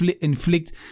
inflict